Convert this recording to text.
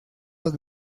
los